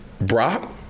Brock